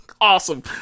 Awesome